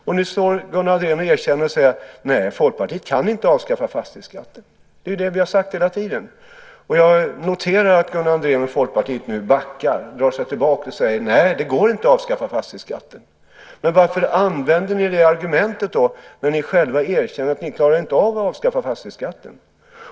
Nu står Gunnar Andrén och erkänner och säger att Folkpartiet inte kan avskaffa fastighetsskatten. Det är ju det vi har sagt hela tiden. Jag noterar att Gunnar Andrén och Folkpartiet nu backar. De drar sig tillbaka och säger att nej, det går inte att avskaffa fastighetsskatten. Men varför använder ni det argumentet då, när ni själva erkänner att ni inte klarar av att avskaffa fastighetsskatten?